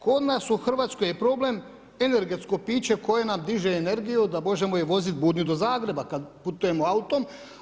Kod nas u Hrvatskoj je problem energetsko piće koje nam diže energiju da možemo voziti budni do Zagreba kad putujemo autom.